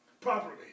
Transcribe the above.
Properly